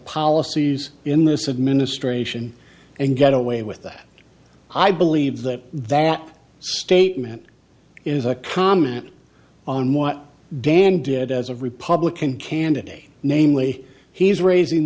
policies in this administration and get away with that i believe that that statement is a comment on what dan did as a republican candidate namely he's raising